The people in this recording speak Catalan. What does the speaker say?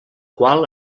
qual